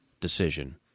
decision